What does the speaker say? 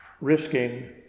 risking